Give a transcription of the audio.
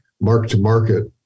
mark-to-market